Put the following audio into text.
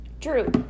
True